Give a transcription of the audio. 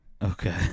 Okay